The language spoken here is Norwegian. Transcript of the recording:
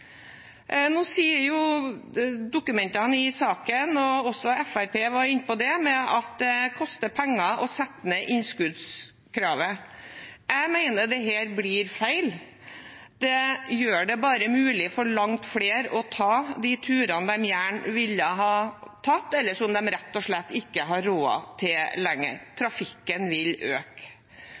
Nå sier jo dokumentene i saken – Fremskrittspartiet var også inne på det – at det koster penger å sette ned innskuddskravet. Jeg mener dette blir feil. Det gjør det bare mulig for langt flere å ta de turene de gjerne ville ha tatt, eller som de rett og slett ikke har råd til lenger. Trafikken vil øke.